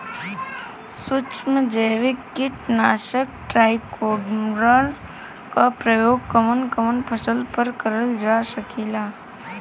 सुक्ष्म जैविक कीट नाशक ट्राइकोडर्मा क प्रयोग कवन कवन फसल पर करल जा सकेला?